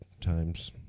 times